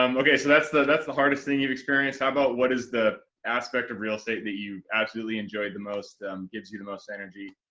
um okay, so that's the that's the hardest thing you've experienced. how about what is the aspect of real estate that you absolutely enjoyed the most gives you the most energy?